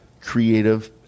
creative